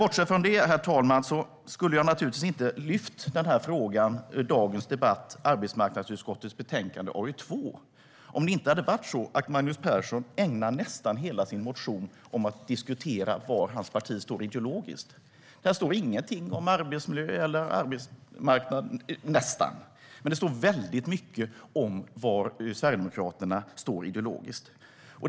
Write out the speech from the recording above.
Bortsett från det, herr talman, skulle jag naturligtvis inte ha lyft upp den här frågan i dagens debatt om arbetsmarknadsutskottets betänkande AU2 om inte Magnus Persson hade ägnat nästan hela sin motion åt att diskutera var hans parti står ideologiskt. Här står nästan ingenting om arbetsmiljö eller arbetsmarknad, men det står väldigt mycket om var Sverigedemokraterna står ideologiskt.